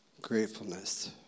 gratefulness